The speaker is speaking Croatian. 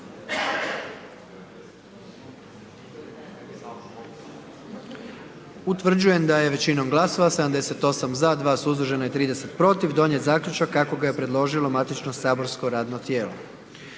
Utvrđujem da je većinom glasova 88 za, 10 glasova protiv donesen zaključak kako ga je predložio matični saborski odbor.